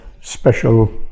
special